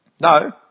No